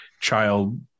child